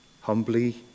humbly